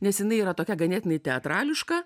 nes jinai yra tokia ganėtinai teatrališka